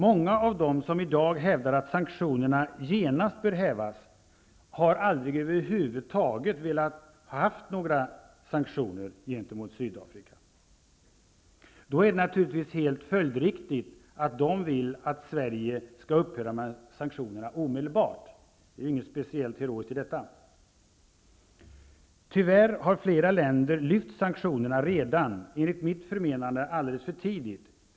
Många av dem som i dag hävdar att sanktionerna genast bör hävas har aldrig över huvud taget velat ha några sanktioner gentemot Sydafrika. Det är naturligtvis helt följdriktigt att de vill att Sverige omedelbart skall upphäva sanktionerna. Det är ju inget speciellt heroiskt i detta. Tyvärr har flera länder redan lyft sanktionerna. Det är enligt mitt förmenande alldeles för tidigt.